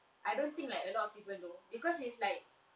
I don't think like a lot of people know because it's like